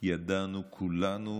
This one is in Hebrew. ידענו כולנו